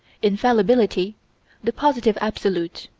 infallibility the positive absolute.